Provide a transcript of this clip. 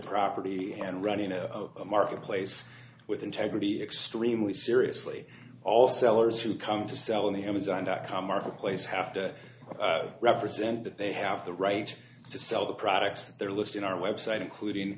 property and running the marketplace with integrity extremely seriously all sellers who come to sell in the amazon dot com marketplace have to represent that they have the right to sell their products their list on our website including